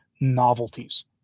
Novelties